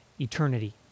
eternity